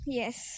yes